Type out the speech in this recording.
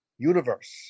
Universe